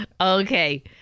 Okay